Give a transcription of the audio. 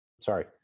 sorry